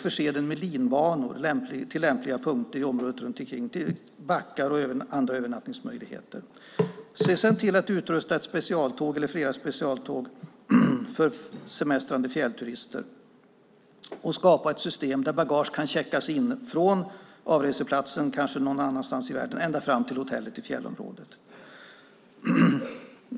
Förse den med linbanor till lämpliga platser i området runt omkring, till backar och övernattningsmöjligheter. Se sedan till att utrusta ett eller flera specialtåg för semestrande fjällturister och skapa ett system där bagage kan checkas in från avreseplatsen - kanske någon annanstans i världen - ända fram till hotellet i fjällområdet.